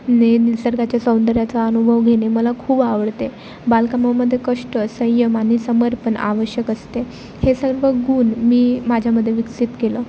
ने निसर्गाच्या सौंदर्याचा अनुभव घेणे मला खूप आवडते बागकामामध्ये कष्ट संयम आणि समर्पण आवश्यक असते हे सर्व गुण मी माझ्यामध्ये विकसित केलं